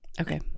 Okay